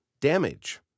Damage